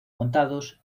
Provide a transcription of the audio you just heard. montados